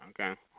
okay